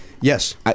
Yes